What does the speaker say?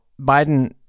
Biden